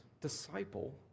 disciple